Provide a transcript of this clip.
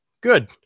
good